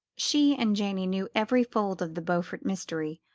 she and janey knew every fold of the beaufort mystery,